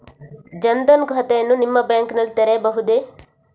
ಜನ ದನ್ ಖಾತೆಯನ್ನು ನಿಮ್ಮ ಬ್ಯಾಂಕ್ ನಲ್ಲಿ ತೆರೆಯಬಹುದೇ?